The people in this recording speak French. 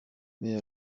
mais